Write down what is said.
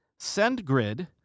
SendGrid